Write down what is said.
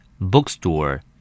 bookstore